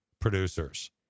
producers